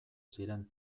ziren